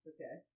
Okay